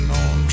on